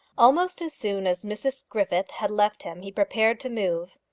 almost as soon as mrs griffith had left him, he prepared to move.